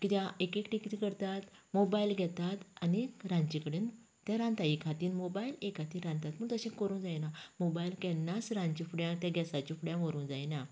कित्याक एक एकटी कितें करतात मोबायल घेतात आनी रांदचे कडेन ते रांदतांत एक हातीन मोबायल एक हातीन रांदतात तशें करूंक जायना मोबायल केन्नाच रांदचे फुड्यान ते गॅसाच्या फुड्यान व्हरूंक जायना